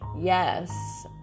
yes